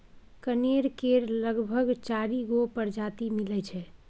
कनेर केर लगभग चारि गो परजाती मिलै छै